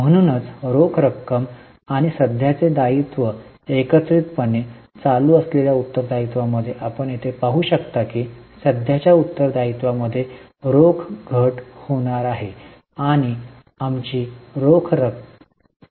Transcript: म्हणूनच रोख रक्कम आणि सध्याचे दायित्व एकत्रितपणे चालू असलेल्या उत्तरदायित्वामध्ये आपण येथे पाहू शकता की सध्याच्या उत्तरदायित्वामध्ये रोख घट होणार आहे आणि आमची रोख कमी होते